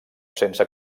sense